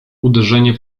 uderzenie